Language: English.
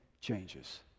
changes